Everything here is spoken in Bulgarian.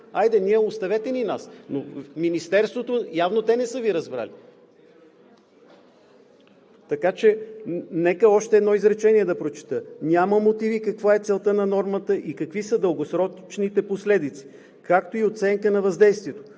Хайде, оставете ни нас, но Министерството – явно и те не са Ви разбрали. Нека още едно изречение да прочета: „Няма мотиви каква е целта на нормата и какви са дългосрочните последици, както и оценка на въздействието.